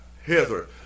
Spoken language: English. hither